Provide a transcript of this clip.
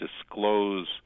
disclose